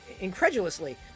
incredulously